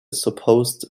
supposed